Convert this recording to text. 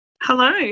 Hello